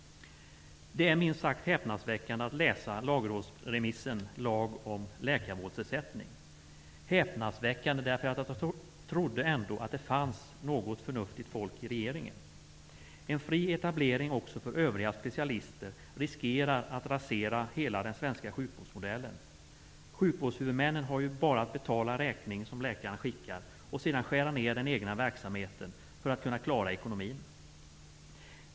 Det är minst sagt häpnadsväckande att läsa lagrådsremissen ''Lag om läkarvårdsersättning'', häpnadsväckande därför att jag ändå trodde att det fanns något förnuftigt folk i regeringen. En fri etablering också för övriga specialister riskerar att rasera hela den svenska sjukvårdsmodellen. Sjukvårdshuvudmännen har ju bara att betala räkningen som läkaren skickar och sedan skära ner i den egna verksamheten för att klara ekonomin.